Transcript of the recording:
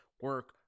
Work